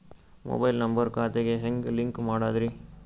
Mobile number ಖಾತೆ ಗೆ ಹೆಂಗ್ ಲಿಂಕ್ ಮಾಡದ್ರಿ?